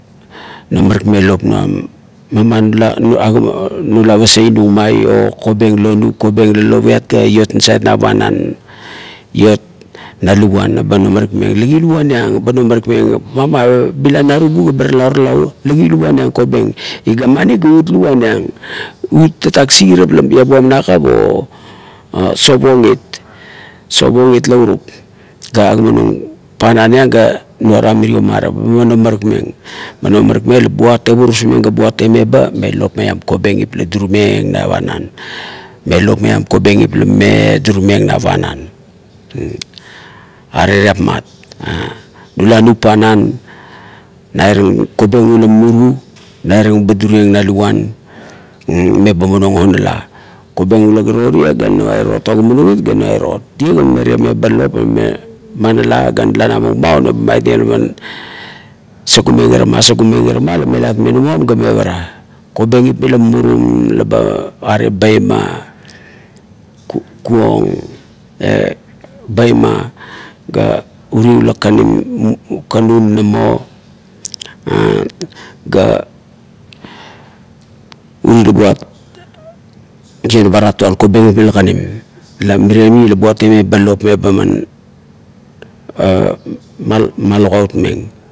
Nomarikmeng lop nuam, mama, nuba "a ur" pasainung mai kobeng la onup kobeng lo lopiat ga liot nasait na panau iot na luguan eba no marikmeng, lagu luguan iang? Eba nomarikmeng, mama bila narubu ga ba tala orala, lagi luguan iang kobeng, iugiamani ga ut luguan iang, ut tatak sigarap la iabuan nakap o sapong it, sapong it naurup ga agamanung panan iang ga nuaram mirio marap bo numarikmeng, bo nomarikmeng la buat tevurusmeng ga buat temeba me lop maiuam kobengip la durimeng na panan, lop maiam kobengip la mame durimeng na panan. Areratmat nula nup panan, nairang kobeng wa mumuru, nairang ba durieng na luguan meba munang onala. Kobeng ula kiro ga nuirot, ogimanung it ga nuirot, tie la mame temeba lop la ba name manala ga nala nabum maun ba maitmeng la ba man sugumeng irama, sugumeng irama la melat menamuam bar mevara. Kobengip mila murum la ba are baima, kuong baima ga uri ula kakanim-kakanu nanamo ga uri la buat ionama tatuap kobengip mila kanim la meriemi la buat tiemeba lop me ba man malugautmeng